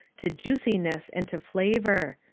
to juiciness and to flavour,